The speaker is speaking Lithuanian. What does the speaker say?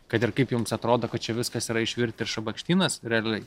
kad ir kaip jums atrodo kad čia viskas yra išvirtę ir šabakštynas realiai